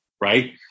right